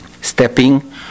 Stepping